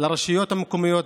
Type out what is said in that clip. לרשויות המקומיות